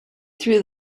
through